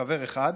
חבר אחד,